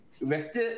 West